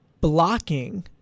blocking